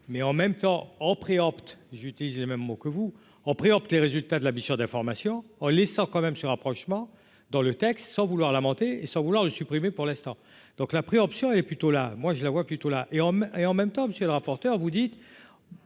mais en même temps on préempte j'utilise les mêmes mots que vous en prie préempte les résultats de la mission d'information en laissant quand même ce rapprochement dans le texte, sans vouloir lamenter et sans vouloir le supprimer, pour l'instant donc la option est plutôt là, moi je la vois plutôt là, et en hommes et en même temps, monsieur le rapporteur, vous dites